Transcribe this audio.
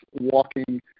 walking